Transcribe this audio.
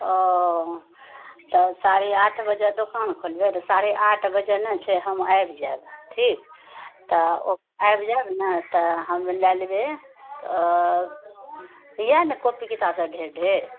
ओ तऽ साढ़े आठ बजे दोकान खोलबै तऽ साढ़े आठ बजे ने छै हम आबि जाएब ठीक तऽ आबि जाएब ने तऽ हम लए लेबै इएह ने कॉपी किताब सब ढेर ढेर